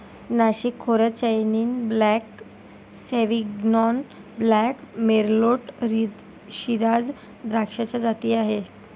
नाशिक खोऱ्यात Chenin Blanc, Sauvignon Blanc, Merlot, Shiraz द्राक्षाच्या जाती आहेत